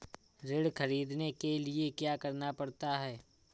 ऋण ख़रीदने के लिए क्या करना पड़ता है?